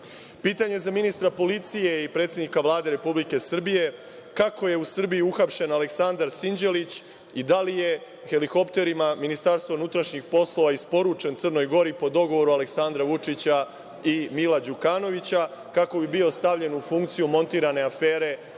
za ministra policije i predsednika Vlade Republike Srbije, kako je u Srbiji uhapšen Aleksandar Sinđelić i da li je helikopterima MUP isporučen Crnoj Gori, po dogovoru Aleksandra Vučića i Mila Đukanovića, kako bi bio stavljen u funkciju montirane afere na